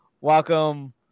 welcome